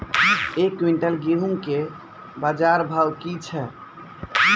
एक क्विंटल गेहूँ के बाजार भाव की छ?